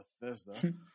Bethesda